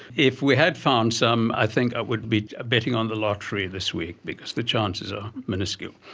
if we had found some i think i would be betting on the lottery this week because the chances are minuscule.